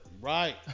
Right